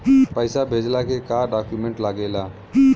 पैसा भेजला के का डॉक्यूमेंट लागेला?